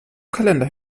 kalender